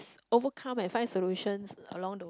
overcome and find solutions along the